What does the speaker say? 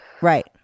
Right